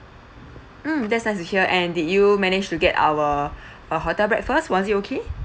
mm that's nice to hear and did you managed to get our uh hotel breakfast was it okay